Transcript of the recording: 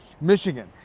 Michigan